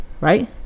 right